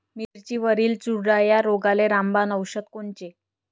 मिरचीवरील चुरडा या रोगाले रामबाण औषध कोनचे?